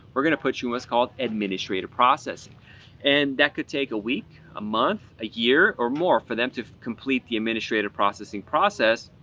we're going to put you in what's called administrative process and that could take a week, a month, a year, or more for them to complete the administrative processing process.